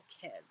kids